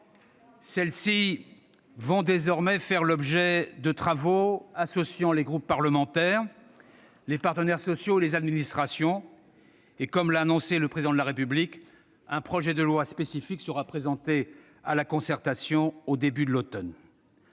Celles-ci vont désormais faire l'objet de travaux associant les groupes parlementaires, les partenaires sociaux et les administrations. Comme l'a annoncé le Président de la République, un projet de loi spécifique sera présenté à la concertation au début de l'automne.